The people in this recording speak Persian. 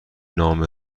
نامه